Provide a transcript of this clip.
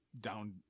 down